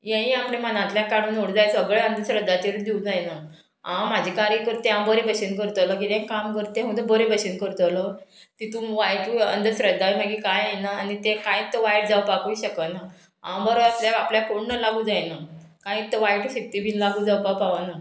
हेंय आपल्या मनांतल्यान काडून उडोवंक जाय सगळें अंधश्रद्धाचेर दिवूंक जायना हांव म्हाजें कार्य करता तें हांव बरे भशेन करतलो किदें काम करतां तें बरे भशेन करतलो तितूंत वायटूय अंधश्रद्धा मागीर कांय येना आनी तें कांयच वायट जावपाकूय शकना हांव बरो आसल्यार आपल्याक कोण लागू जायना कांयच वायट शक्ती बीन लागू जावपा पावना